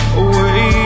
away